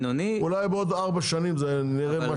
אולי בעוד ארבע שנים אנחנו נראה משהו.